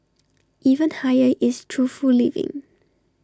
even higher is truthful living